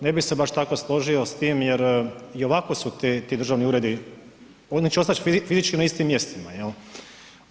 Ne bih se baš tako složio s tim jer i ovako su ti državni uredi, oni će ostati fizički na istim mjestima, je li?